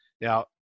Now